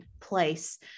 place